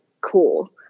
cool